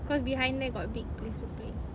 cause behind there got big place to play